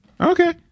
okay